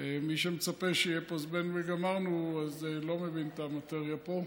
ומי שמצפה שיהיה פה זבנג וגמרנו לא מבין את המאטריה פה.